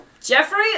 Jeffrey